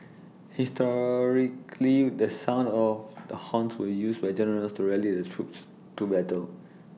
historically the sound of the horns were used by generals to rally their troops to battle